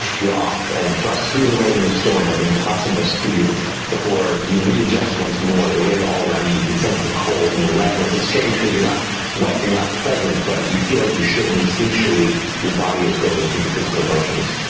you're off and thrust through the rain and the storm at an impossible speed before you readjust once more, the rain all around you. you can sense the cold and the wetness. it's strange because you're not wet, you're not present, but you feel like you should and instinctually your body is going through the physical motions,